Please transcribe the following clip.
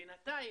בינתיים,